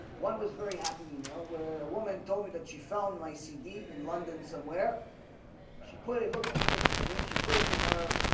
one was very happy email where a woman told me that she found my cd in london somewhere she put it looked like interesting she put it in her